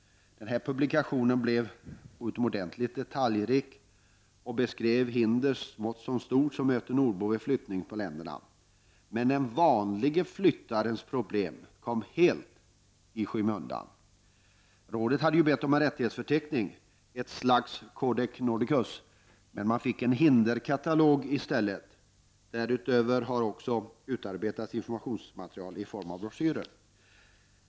Denna publikation var utomordentligt detaljrik och beskrev hinder — små som stora — som möter nordbor vid flyttning mellan länderna. Men den vanlige flyttarens problem hade helt kommit i skymundan. Vad rådet hade bett om var en rättighetsförteckning — ett slags Codex Nordicus — men man fick i stället en hinderskatalog. Därutöver har också utarbetats informationsmaterial i form av broschyrer.